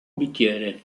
bicchiere